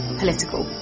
political